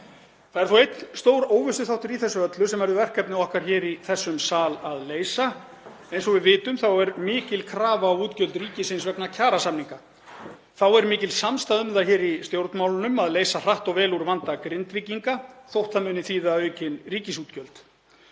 Það er þó einn stór óvissuþáttur í þessu öllu sem verður verkefni okkar hér í þessum sal að leysa. Eins og við vitum er mikil krafa á útgjöld ríkisins vegna kjarasamninga. Þá er mikil samstaða um það í stjórnmálunum að leysa hratt og vel úr vanda Grindvíkinga þótt það muni þýða aukin ríkisútgjöld.